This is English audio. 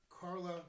Carla